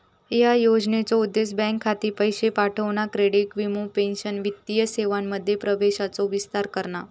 ह्या योजनेचो उद्देश बँक खाती, पैशे पाठवणा, क्रेडिट, वीमो, पेंशन वित्तीय सेवांमध्ये प्रवेशाचो विस्तार करणा